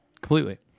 Completely